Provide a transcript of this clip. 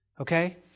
Okay